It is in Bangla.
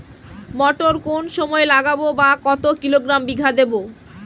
মটর কোন সময় লাগাবো বা কতো কিলোগ্রাম বিঘা দেবো?